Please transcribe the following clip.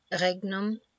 regnum